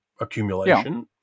accumulation